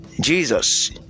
Jesus